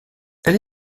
elle